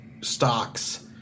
stocks